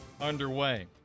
underway